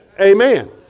Amen